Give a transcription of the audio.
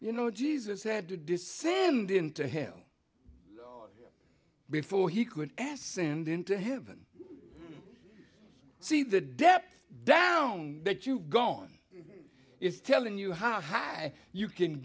you know jesus had to descend into hell before he could ask sand into heaven see the depth down that you've gone it's telling you how high you can